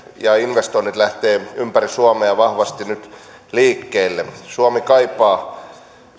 ja investoinnit lähtevät ympäri suomea vahvasti nyt liikkeelle suomi kaipaa